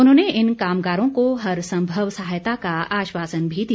उन्होंने इन कामगारों को हर संभव सहायता का आश्वासन भी दिया